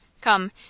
Come